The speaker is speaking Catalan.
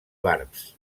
barbs